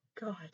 God